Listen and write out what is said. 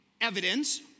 evidence